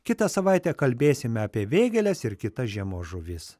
kitą savaitę kalbėsime apie vėgėles ir kitas žiemos žuvis